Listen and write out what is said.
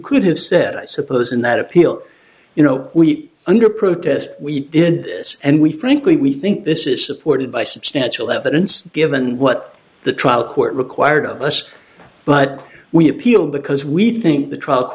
could have said i suppose in that appeal you know we under protest we did this and we frankly we think this is supported by substantial evidence given what the trial court required of us but we appeal because we think the tr